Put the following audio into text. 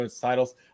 titles